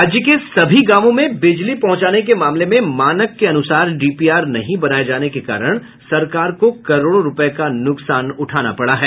राज्य के सभी गांव में बिजली पहुंचाने के मामले में मानक के अनुसार डीपीआर नहीं बनाये जाने के कारण सरकार को करोड़ों रूपये का नुकसान उठाना पड़ा है